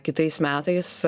kitais metais